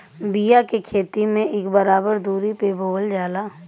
बिया के खेती में इक बराबर दुरी पे बोवल जाला